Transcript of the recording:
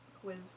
quiz